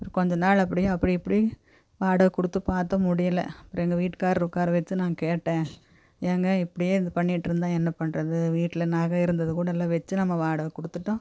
அப்புறம் கொஞ்ச நாள் அப்படியே அப்படி இப்படி வாடகை கொடுத்து பார்த்தோம் முடியலை அப்புறம் எங்கள் வீட்டுக்காரரை உட்கார வச்சு நான் கேட்டேன் ஏங்க இப்படியே இது பண்ணிட்டு இருந்தால் என்ன பண்ணுறது வீட்டில் நகை இருந்ததுக்கூட இல்லை வச்சு நம்ம வாடகை கொடுத்துட்டோம்